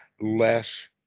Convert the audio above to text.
less